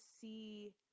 see